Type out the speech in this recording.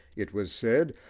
it was said,